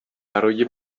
برای